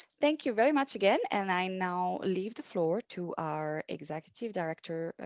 thank you very much again. and i now leave the floor to our executive director,